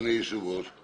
אדוני היושב ראש,